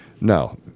no